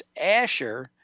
Asher